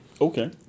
Okay